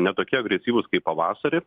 ne tokie agresyvūs kaip pavasarį